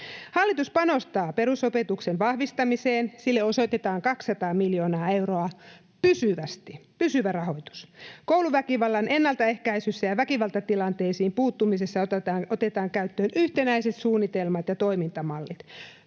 Hallitus panostaa perusopetuksen vahvistamiseen. Sille osoitetaan 200 miljoonaa euroa pysyvästi, pysyvä rahoitus. Kouluväkivallan ennaltaehkäisyssä ja väkivaltatilanteisiin puuttumisessa otetaan käyttöön yhtenäiset suunnitelmat ja toimintamallit.